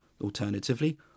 Alternatively